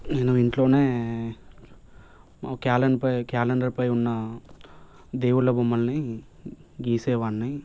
నేను ఇంట్లో మా క్యాలెండ్పై క్యాలెండర్పై ఉన్న దేవుళ్ళ బొమ్మలని గీసే వాడిని